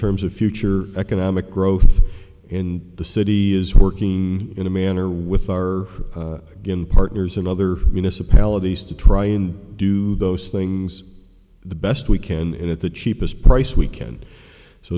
terms of future economic growth in the city is working in a manner with our game partners and other municipalities to try and do those things the best we can at the cheapest price weekend so